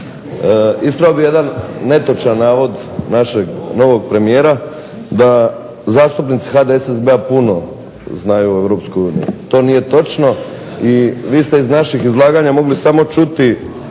Ispravio bih jedan netočan navod našeg novog premijera da zastupnici HDSSB-a puno znaju o Europskoj uniji. To nije točno i vi ste iz naših izlaganja mogli samo čuti